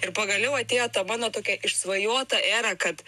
ir pagaliau atėjo ta mano tokia išsvajota era kad